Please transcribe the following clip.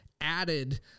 added